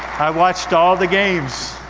i watched all the games,